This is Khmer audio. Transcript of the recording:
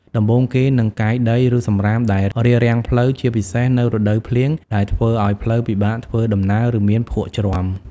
ដំបូងគេនឹងកាយដី ឬសំរាមដែលរារាំងផ្លូវ ជាពិសេសនៅរដូវភ្លៀងដែលធ្វើឲ្យផ្លូវពិបាកធ្វើដំណើរ ឬមានភក់ជ្រាំ។